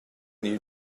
new